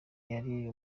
yari